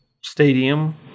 stadium